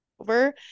over